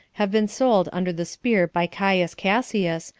have been sold under the spear by caius cassius,